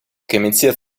комитет